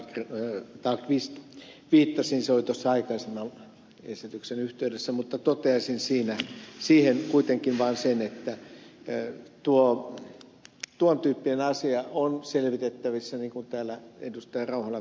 tallqvist viittasi oli tuossa aikaisemman esityksen yhteydessä mutta toteaisin siihen kuitenkin vaan sen että tuon tyyppinen asia on selvitettävissä niin kuin täällä ed